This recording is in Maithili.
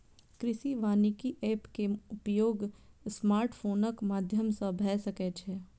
कृषि वानिकी एप के उपयोग स्मार्टफोनक माध्यम सं भए सकै छै